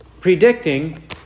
predicting